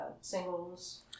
singles